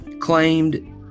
claimed